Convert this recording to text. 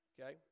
okay